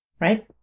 right